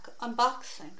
Unboxing